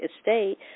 estate